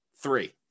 three